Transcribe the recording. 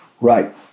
right